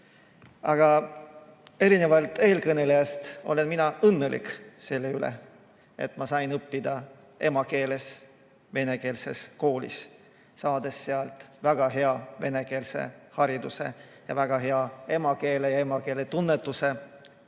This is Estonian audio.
Aga erinevalt eelkõnelejast olen mina õnnelik selle üle, et ma sain õppida emakeeles venekeelses koolis, saades sealt väga hea venekeelse hariduse ja väga hea emakeele ja emakeele tunnetuse.